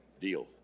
Deal